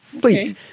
please